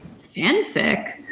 fanfic